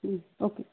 ம் ஓகே